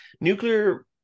nuclear